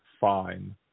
fine